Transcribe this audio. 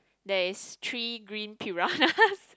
there is three green piranhas